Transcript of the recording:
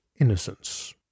innocence